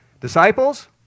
Disciples